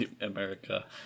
America